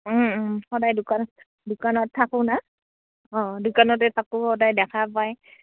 সদায় দোকানত দোকানত থাকোঁ না অঁ দোকানতে থাকোঁ সদায় দেখা পায়